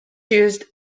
used